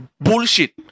bullshit